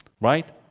Right